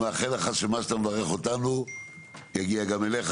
אני מאחל לך שמה שאתה מברך אותנו יגיע גם אליך.